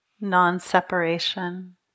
non-separation